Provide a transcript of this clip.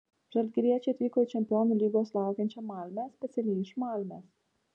žalgiriečiai atvyko į čempionų lygos laukiančią malmę specialiai iš malmės